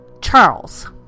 Charles